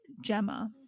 Gemma